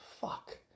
fuck